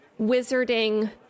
wizarding